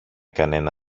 κανένα